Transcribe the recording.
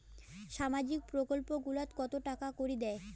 সামাজিক প্রকল্প গুলাট কত টাকা করি দেয়?